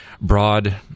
broad